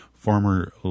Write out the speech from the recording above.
Former